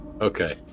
Okay